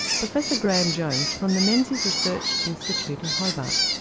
professor graeme jones from the menzies research institute in hobart.